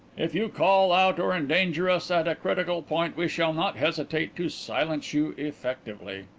if you call out or endanger us at a critical point we shall not hesitate to silence you effectively.